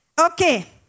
Okay